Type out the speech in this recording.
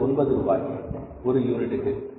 அது ஒன்பது ரூபாய் ஒரு யூனிட்டுக்கு